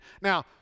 Now